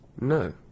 No